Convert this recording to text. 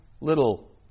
little